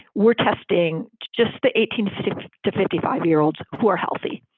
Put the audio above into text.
we're testing just the eighteen to fifty five year olds who are healthy.